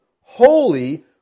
holy